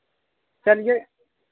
चलिए